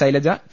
Shailaja T